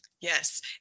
Yes